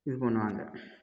இது பண்ணுவாங்க